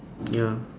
ya